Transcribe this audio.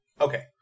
Okay